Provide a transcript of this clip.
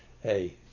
hey